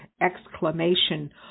exclamation